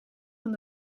van